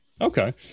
Okay